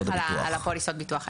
הוא מי שמפקח על פוליסות הביטוח.